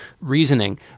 reasoning